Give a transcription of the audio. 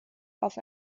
auf